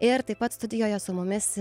ir taip pat studijoje su mumis